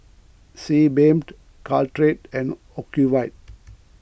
Sebamed Caltrate and Ocuvite